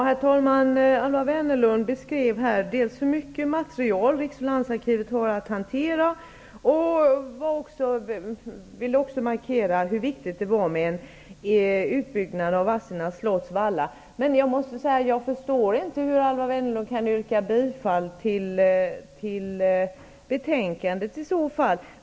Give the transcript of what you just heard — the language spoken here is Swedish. Herr talman! Alwa Wennerlund beskrev här hur mycket material Riksarkivet och landsarkiven har att hantera. Hon markerade också hur viktigt det är med en utbyggnad av Vadstena slotts vallar. Jag förstår inte hur Alwa Wennerlund kan yrka bifall till hemställan i betänkandet i så fall.